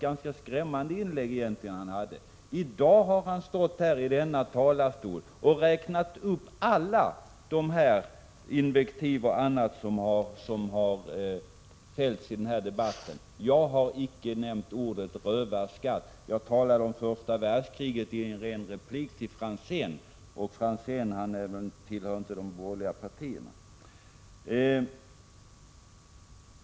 Hans inlägg var egentligen ganska skrämmande. Men i dag har han stått i denna talarstol och räknat upp alla invektiv och annat som förekommit i debatten. Jag vill då understryka att jag icke har nämnt ordet rövarskatt. Jag talade om första världskriget, och det gjorde jag i en replik till Franzén — som ju inte tillhör något av de borgerliga partierna.